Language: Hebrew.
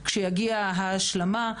כשתגיע ההשלמה,